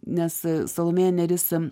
nes salomėja nėris